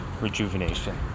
rejuvenation